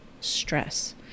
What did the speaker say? stress